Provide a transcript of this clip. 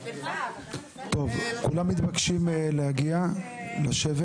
(הישיבה נפסקה בשעה 13:53 ונתחדשה